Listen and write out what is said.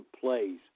plays